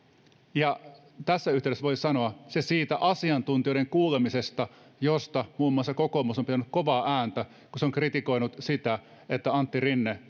tässä yhteydessä voisi sanoa se siitä asiantuntijoiden kuulemisesta mistä muun muassa kokoomus on pitänyt kovaa ääntä kun se on kritikoinut sitä että antti rinne